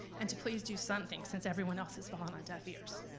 and to please do something since everyone else has fallen on deaf ears.